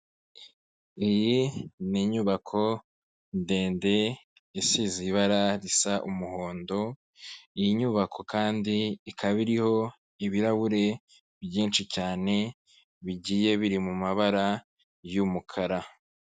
Iyi ni inyubako ndende isize ibara risa umuhondo; iyi nyubako kandi ikaba iriho ibirahure byinshi cyane, bigiye biri mu mabara y'umukara.